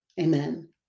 Amen